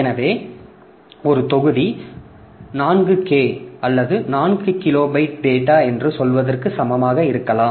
எனவே ஒரு தொகுதி 4k அல்லது 4 கிலோ பைட் டேட்டா என்று சொல்வதற்கு சமமாக இருக்கலாம்